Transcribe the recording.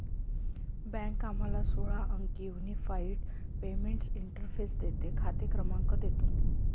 bank आम्हाला सोळा अंकी युनिफाइड पेमेंट्स इंटरफेस देते, खाते क्रमांक देतो